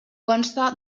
consta